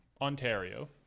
ontario